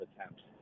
attempts